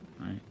Right